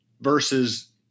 versus